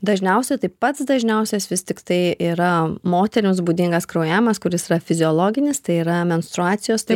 dažniausiai tai pats dažniausias vis tiktai yra moterims būdingas kraujavimas kuris yra fiziologinis tai yra menstruacijos tai